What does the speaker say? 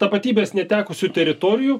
tapatybės netekusių teritorijų